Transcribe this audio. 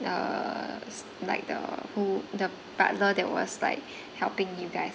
the like the who the butler that was like helping you guys